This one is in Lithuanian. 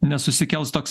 nesusikels toks